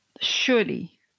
Surely